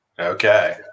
okay